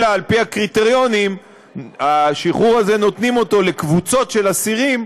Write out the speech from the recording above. אלא נעשה על פי הקריטריונים של השחרור הזה נותנים לקבוצות של אסירים,